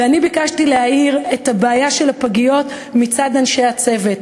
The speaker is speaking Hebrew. ואני ביקשתי להאיר את הבעיה של הפגיות מצד אנשי הצוות.